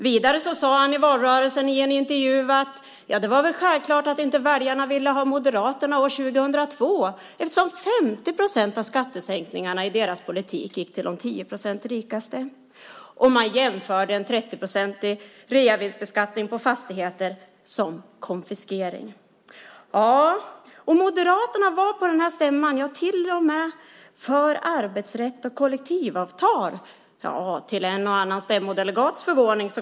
Vidare sade han i valrörelsen i en intervju att det var självklart att väljarna inte ville ha Moderaterna år 2002 eftersom 50 procent av skattesänkningarna i deras politik gick till de 10 procent rikaste. Man jämförde en 30-procentig reavinstbeskattning på fastigheter med konfiskering. På den här stämman var Moderaterna till och med för arbetsrätt och kollektivavtal till en och annan stämmodelegats förvåning.